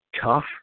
Tough